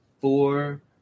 four